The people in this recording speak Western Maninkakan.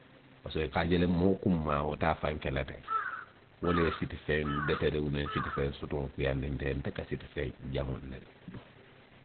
Parisiko i be a je la moo kunmaa, wo te a faŋ ke la teŋ. Wo le ye sitifeŋ deteriŋo ubiyeŋ sitifeŋ sutuŋo kuyaandi nňe. Nte ka sitifeŋ jaŋolu le duŋ.